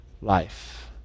life